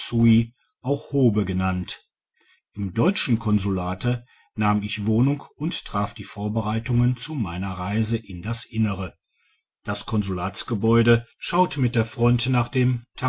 auch höbe genannt im deutschen konsulate nahm ich wohnung und traf die vorbereitungen zu meiner reise deutsches konsulat in twatutia am tamsuifluss gelegen in das innere das konsulatsgebäude schaut mit der front nach dem